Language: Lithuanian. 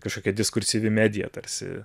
kažkokia diskursyvi medija tarsi